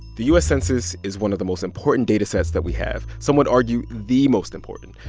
the u s. census is one of the most important data sets that we have some would argue the most important.